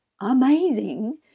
amazing